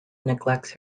neglects